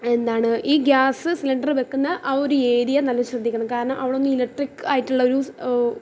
എന്താണ് ഈ gas cylinder വയ്ക്കുന്ന ആ ഒരു ഏരിയ നല്ല ശ്രദ്ധിക്കണം കാരണം അവിടെ ഒന്നും ഇലക്ട്രിക്ക് ആയിട്ടുള്ള ഒരു